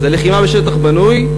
זה לחימה בשטח בנוי,